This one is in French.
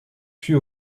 puis